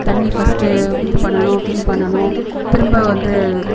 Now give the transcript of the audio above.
தண்ணி ஃபர்ஸ்ட்டு இது பண்ணணும் ஃபில் பண்ணணும் திரும்ப வந்து